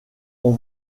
ont